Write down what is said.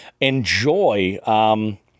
Enjoy